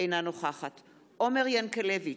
אינה נוכחת עומר ינקלביץ'